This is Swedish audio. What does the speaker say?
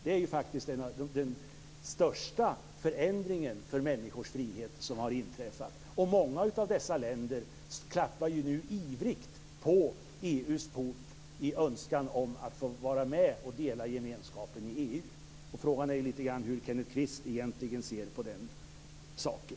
Det är som sagt den största förändringen för människors frihet som har inträffat. Många av dessa länder klappar nu ivrigt på EU:s port i önskan om att få vara med och dela gemenskapen i EU. Frågan är hur Kenneth Kvist ser på den saken.